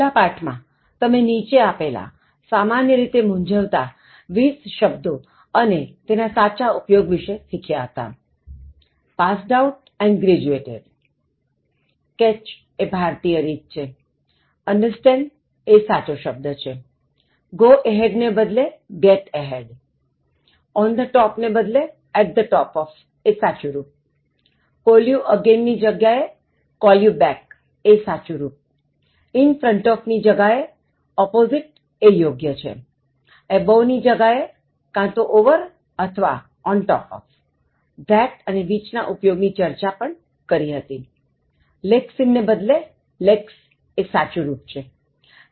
છેલ્લાં પાઠ માં તમે નીચે આપેલા સામાન્ય રીતે મૂંઝ્વતા 20 શબ્દો અને તેના સાચા ઉપયોગ વિશે શીખ્યા હતા passed out અને graduated catch એ ભારતીય રીત છે understand એ સાચો શબ્દ છે go ahead ને બદલે get ahead on the top of ને બદલે at the top of એ સાચું રુપ call you again ની જગા એ call you back એ સાચું રુપ in front of ની જગ્યા એ opposite એ યોગ્ય છે aboveની જગા એ કાં તો over અથવા on top of that અને which ના ઉપયોગ ની ચર્ચા પણ કરી હતી lacks in ને બદલે lacks એ સાચું રુપ છે